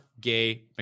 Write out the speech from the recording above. Gay